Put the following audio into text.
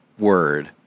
Word